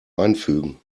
einfügen